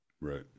right